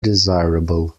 desirable